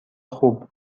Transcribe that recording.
خوب